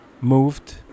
moved